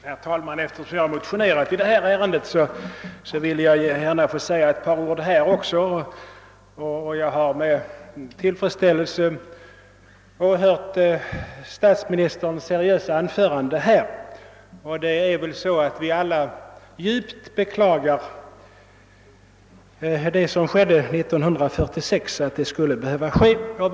Herr talman! Eftersom jag motionerat i detta ärende ville jag gärna säga ett par ord också i detta sammanhang. Jag har med tillfredsställelse åhört statsministerns seriösa anförande, och vi beklagar väl alla djupt att det som skedde 1946 skulle behöva inträffa.